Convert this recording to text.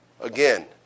Again